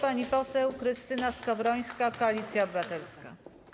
Pani poseł Krystyna Skowrońska, Koalicja Obywatelska.